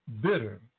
bitter